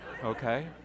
Okay